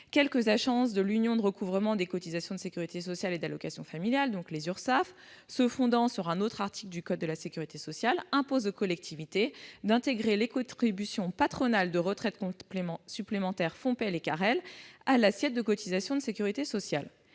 Quelques agences de l'Union de recouvrement des cotisations de sécurité sociale et d'allocations familiales- URSSAF -, se fondant [sur un autre article] du code de la sécurité sociale, imposent aux collectivités d'intégrer les contributions patronales de retraite supplémentaire FONPEL et CAREL à l'assiette de cotisations de sécurité sociale.